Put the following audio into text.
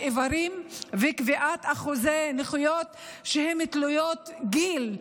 איברים וקביעת אחוזים של נכויות שהן תלויות גיל.